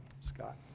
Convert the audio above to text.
Scott